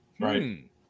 Right